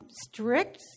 strict